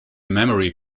memory